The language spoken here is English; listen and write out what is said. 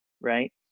Right